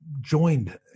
joined